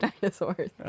dinosaurs